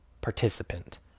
participant